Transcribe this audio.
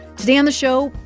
today on the show,